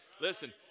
listen